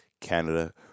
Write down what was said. Canada